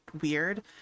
weird